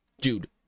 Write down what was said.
Dude